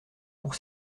pour